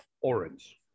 orange